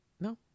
no